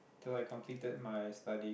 so I completed my study